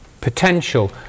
Potential